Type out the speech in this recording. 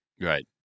right